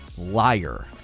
Liar